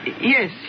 Yes